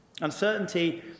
Uncertainty